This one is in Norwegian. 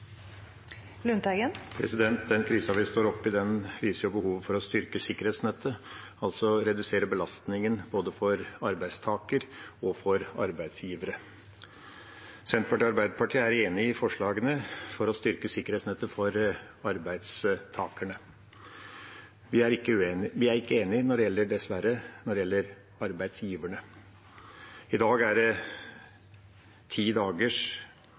Den krisen vi står oppi, viser behovet for å styrke sikkerhetsnettet, altså redusere belastningen både for arbeidstakere og for arbeidsgivere. Senterpartiet og Arbeiderpartiet er enig i forslagene for å styrke sikkerhetsnettet for arbeidstakerne. Vi er dessverre ikke enig når det gjelder arbeidsgiverne. I dag er det ti dagers